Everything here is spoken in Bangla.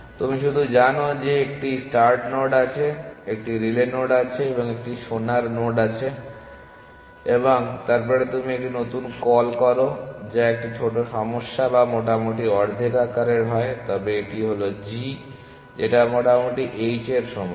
তুমি শুধু জানো যে একটি স্টার্ট নোড আছে একটি রিলে নোড আছে এবং একটি সোনার নোড আছে এবং তারপরে তুমি একটি নতুন কল করো যা একটি ছোট সমস্যা বা মোটামুটি অর্ধেক আকারের হয় তবে এটি হল g যেটা মোটামুটি h এর সমান